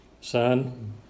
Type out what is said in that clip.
son